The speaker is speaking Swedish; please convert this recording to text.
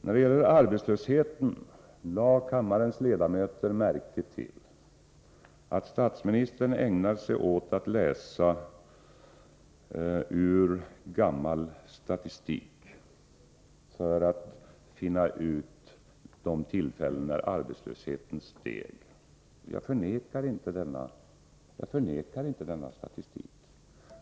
När det gäller arbetslösheten lade väl kammarens ledamöter märke till att statsministern ägnade sig åt att läsa ur gammal statistik för att finna ut vid vilka tillfällen arbetslösheten steg. Jag förnekar inte denna statistik.